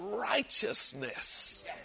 righteousness